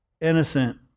innocent